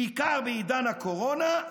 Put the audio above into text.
בעיקר בעידן הקורונה,